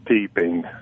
peeping